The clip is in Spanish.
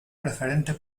preferente